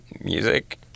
Music